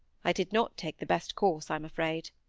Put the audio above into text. i did not take the best course, i'm afraid.